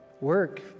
work